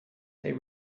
they